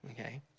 okay